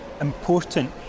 important